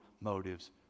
motives